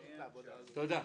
תודה.